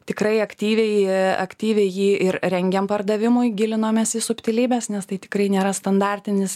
tikrai aktyviai aktyviai jį ir rengiam pardavimui gilinomės į subtilybes nes tai tikrai nėra standartinis